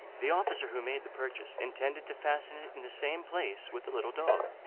the officer who made the purchase intended to fasten it in the same place with the little dog.